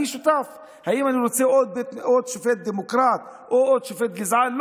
האם אני רוצה עוד שופט דמוקרט או עוד שופט גזען?